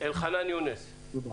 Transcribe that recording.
אלחנן יונס, בבקשה.